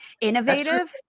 innovative